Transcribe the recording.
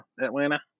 atlanta